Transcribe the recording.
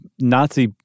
Nazi